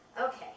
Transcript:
Okay